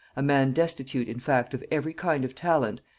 a man destitute in fact of every kind of talent,